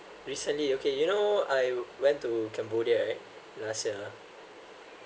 recently okay you know I went to cambodia right last year